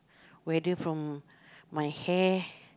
whether from my hair